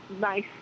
nice